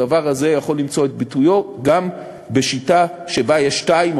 הדבר הזה יכול למצוא את ביטויו גם בשיטה שבה יש שתיים,